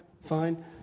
fine